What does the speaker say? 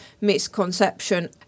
misconception